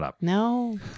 No